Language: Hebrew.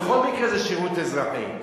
בכל מקרה זה שירות אזרחי.